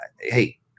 hey